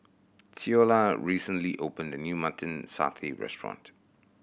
Ceola recently opened a new Mutton Satay restaurant